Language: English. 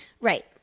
Right